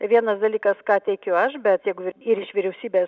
vienas dalykas ką teikiu aš bet jeigu ir iš vyriausybės